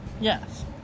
Yes